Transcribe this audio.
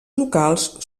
locals